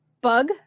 bug